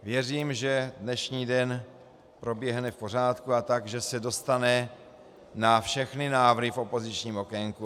Věřím, že dnešní den proběhne v pořádku a že se tak dostane na všechny návrhy v opozičním okénku.